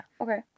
okay